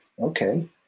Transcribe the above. okay